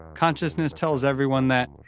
consciousness tells everyone that